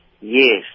Yes